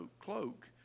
cloak